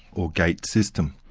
or gate system.